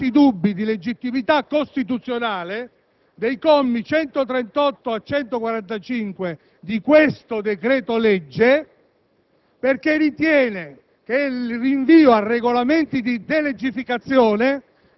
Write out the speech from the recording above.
In questo comunicato, il CUN solleva fondati dubbi di legittimità costituzionale dei commi da 138 a 145 dell'articolo 2 di questo decreto-legge,